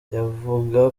yavuga